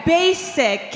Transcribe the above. basic